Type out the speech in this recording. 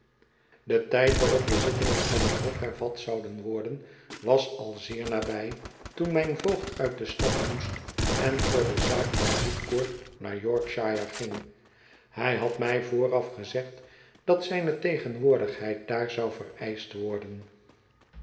de tijd waarop de zittingen van het hof hervat zouden worden was al zeer nabij toen mijn voogd uit de stad moest en voor de zaak van woodcourt naar yorkshire ging hij had mij vooraf gezegd dat zijne tegenwoordigheid daar zou vereischt worden